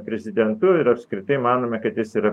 prezidentu ir apskritai manome kad jis yra